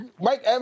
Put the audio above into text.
Mike